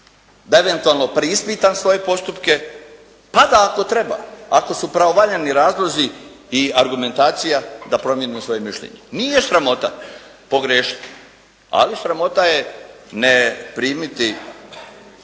da eventualno preispitam svoje postupke a da ako treba, ako su pravovaljani razlozi i argumentacija da promijenim svoje mišljenje. Nije sramota pogriješiti, ali sramota je ne primiti